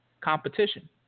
competition